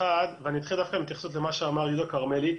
אתחיל דווקא בהתייחסות למה שאמר יהודה כרמלי,